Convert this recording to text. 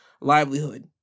livelihood